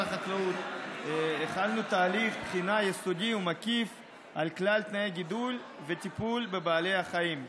החלנו תהליך בחינה יסודי ומקיף על כלל תנאי הגידול והטיפול בבעלי החיים.